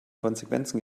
konsequenzen